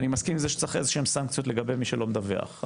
אני מסכים עם זה שצריך איזשהן סנקציות למי שלא מדווח.